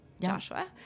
Joshua